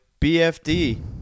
bfd